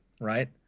right